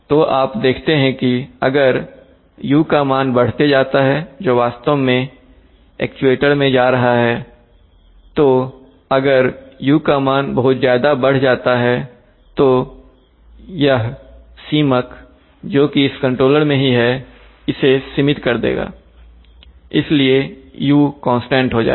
तो आप देखते हैं कि अगर u का मान बढ़ते जाता है जो वास्तव में एक्चुएटर में जा रहा हैतो अगर u का मान बहुत ज्यादा बढ़ जाता है तो यह सीमक जोकि इस कंट्रोलर में ही है इसे सीमित कर देगा इसलिए u कांस्टेंट हो जाएगा